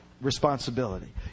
responsibility